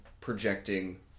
projecting